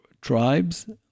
tribes